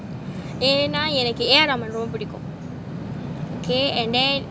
ஏனா எனக்கு A R Rahman enakku a aar rahman ah ரொம்ப பிடிக்கும்:romba pidikum okay and then